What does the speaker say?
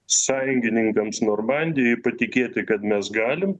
sąjungininkams normandijoj patikėti kad mes galim